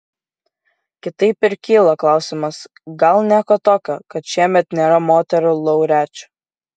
kitaip ir kyla klausimas gal nieko tokio kad šiemet nėra moterų laureačių